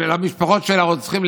למשפחות המרצחים,